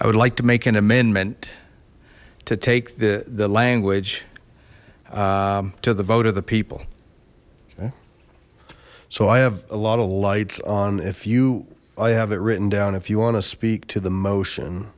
i would like to make an amendment to take the the language to the vote of the people okay so i have a lot of lights on if you i have it written down if you want to speak to the motion